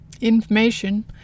information